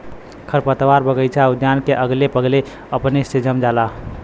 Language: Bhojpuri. खरपतवार बगइचा उद्यान के अगले बगले अपने से जम जाला